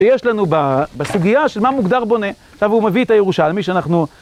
יש לנו בסוגיה של מה מוגדר בונה, עכשיו הוא מביא את הירושלמי שאנחנו